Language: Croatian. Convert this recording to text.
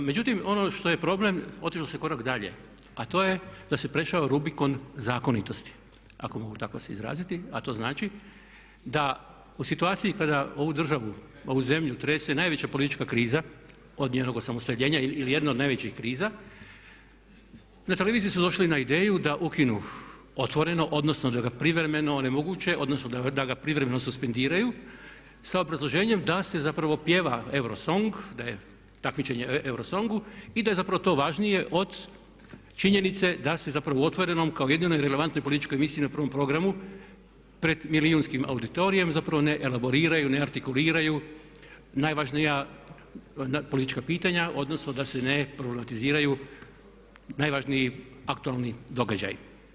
Međutim ono što je problem otišlo se korak dalje a to je da se prešao rubikon zakonitosti ako mogu tako se izraziti a to znači da u situaciji kada ovu državu, ovu zemlju trese najveća politička kriza od njenog osamostaljenja ili jedna od najvećih kriza na televiziji su došli na ideju da ukinu Otvoreno, odnosno da ga privremeno onemoguće, odnosno da ga privremeno suspendiraju sa obrazloženjem da se zapravo pjeva Eurosong, da je takmičenje u Eurosongu i da je zapravo to važnije od činjenice da se zapravo u Otvorenom kao jedinoj relevantnoj političkoj emisiji na 1. programu pred milijunskim auditorijem zapravo ne elaboriraju, ne artikuliraju najvažnija politička pitanja odnosno da se ne problematiziraiju najvažniji aktualni događaji.